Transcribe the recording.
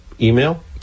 email